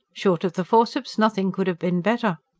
short of the forceps nothing could have been better!